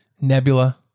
nebula